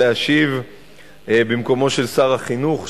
להשיב במקומו של שר החינוך,